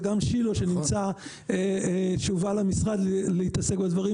וגם שילה שהובא למשרד להתעסק בדברים